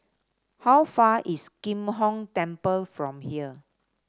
how far is Kim Hong Temple from here